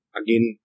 again